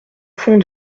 fond